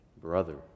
brother